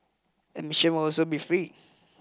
admission will also be free